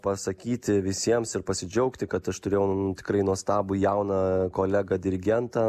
pasakyti visiems ir pasidžiaugti kad aš turėjau tikrai nuostabų jauną kolegą dirigentą